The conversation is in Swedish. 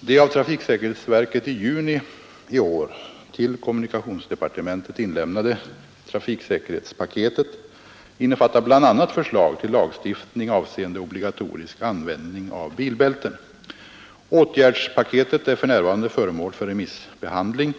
Det av trafiksäkerhetsverket i juni i år till kommunikationsdepartementet inlämnade ”trafiksäkerhetspaketet” innefattar bl.a. förslag till lagstiftning avseende obligatorisk användning av bilbälten. Åtgärdspaketet är för närvarande föremål för remissbehandling.